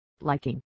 liking